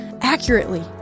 accurately